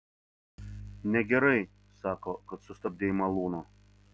negerai sako kad sustabdei malūną